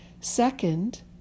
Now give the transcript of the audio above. Second